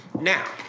now